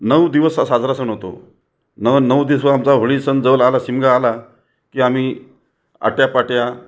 नऊ दिवस हा साजरा सण होतो नवा नऊ दिवस आमचा होळी सण जवळ आला शिमगा आला की आम्ही आट्यापाट्या